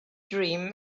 dream